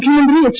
മുഖ്യമന്ത്രി എച്ച്